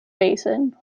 basin